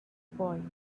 boy